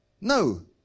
No